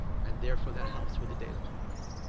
and therefore, that helps with the data quality.